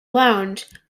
lounge